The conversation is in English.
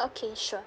okay sure